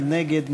מי נגד?